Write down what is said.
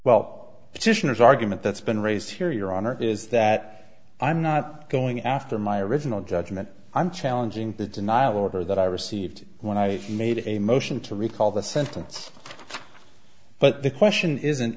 as argument that's been raised here your honor is that i'm not going after my original judgment i'm challenging the denial order that i received when i made a motion to recall the sentence but the question isn't